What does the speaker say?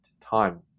time